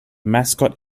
mascot